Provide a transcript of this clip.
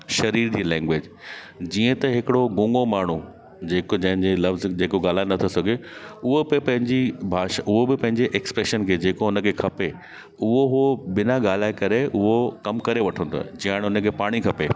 शरीर जी लैंग्वैज जीअं त हिकड़ो गोंगो माण्हू जेको जैंजे लव्ज़ जेको ॻाल्हाए न सघे उअ भई पैंजी भाषा उअ बि पैंजे एक्सप्रेशन खे जेको उन खे खपे उओ हो बिना ॻाल्हाए करे उओ कम करे वठऊं ता चाहे उन खे पाणी खपे